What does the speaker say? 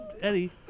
Eddie